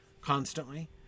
constantly